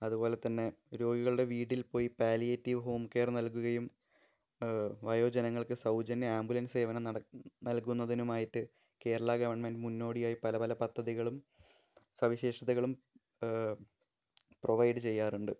അതുപോലെത്തന്നെ രോഗികളുടെ വീട്ടില്പോയി പാലിയറ്റീവ് ഹോം കെയര് നല്കുകയും വയോജനങ്ങള്ക്ക് സൗജന്യ ആമ്പുലന്സ് സേവനം നല്കുന്നതിനുമായിട്ട് കേരളാ ഗവണ്മെന്റ് മുന്നോടിയായി പലപല പദ്ധതികളുംസവിശേഷതകളും പ്രൊവൈഡ് ചെയ്യാറുണ്ട്